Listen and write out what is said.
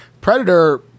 predator